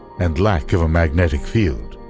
and lack of a magnetic field.